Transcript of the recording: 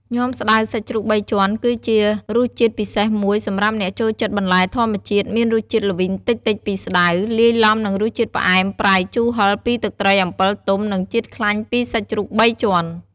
ញាំស្តៅសាច់ជ្រូកបីជាន់ គឺជារសជាតិពិសេសមួយសម្រាប់អ្នកចូលចិត្តបន្លែធម្មជាតិ មានរសជាតិល្វីងតិចៗពីស្តៅ លាយឡំនឹងរសជាតិផ្អែម ប្រៃ ជូរ ហិរ ពីទឹកត្រីអំពិលទុំ និងជាតិខ្លាញ់ពីសាច់ជ្រូកបីជាន់។